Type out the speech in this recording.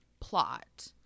plot